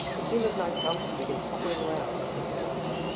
as soon as night comes he begins hovering round said nazarka,